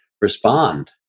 respond